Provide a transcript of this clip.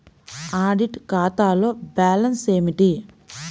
Audit ఖాతాలో balance ఏమిటీ?